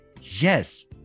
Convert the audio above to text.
Yes